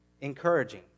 encouraging